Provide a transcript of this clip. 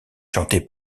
chantée